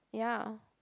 yeah